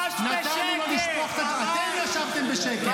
נתנו לו לשפוך ------ אתם ישבתם בשקט,